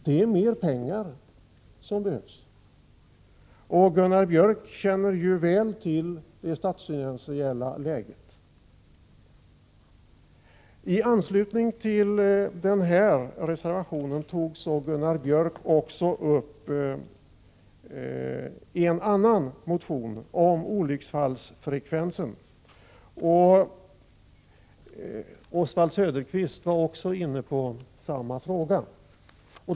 Det är mer pengar som behövs. Gunnar Björk känner ju väl till det statsfinansiella läget. I anslutning till den här reservationen tog Gunnar Björk också upp en motion om olycksfallsfrekvensen. Oswald Söderqvist var inne på samma fråga.